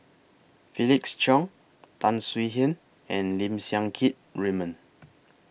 Felix Cheong Tan Swie Hian and Lim Siang Keat Raymond